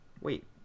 Wait